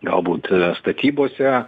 galbūt statybose